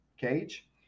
cage